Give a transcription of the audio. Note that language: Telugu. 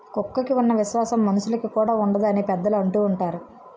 కుక్కకి ఉన్న విశ్వాసం మనుషులుకి కూడా ఉండదు అని పెద్దలు అంటూవుంటారు